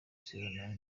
sebanani